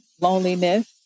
loneliness